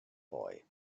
boy